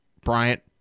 Bryant